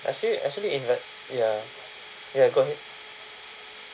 have you actually inven~ ya ya go ahead